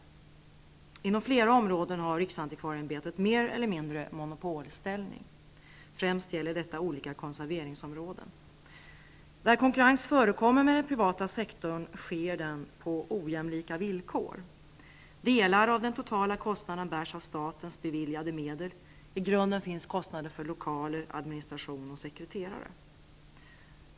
Inom flera områden har riksantikvarieämbetet mer eller mindre monopolställning. Främst gäller detta olika konserveringsområden. Där konkurrens med den privata sektorn förekommer, sker den på ojämlika villkor. Delar av den totala kostnaden bärs av statens beviljade medel. I grunden finns kostnader för lokaler, administration och sekreterare.